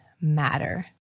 matter